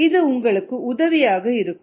இது உங்களுக்கு உதவியாக இருக்கும்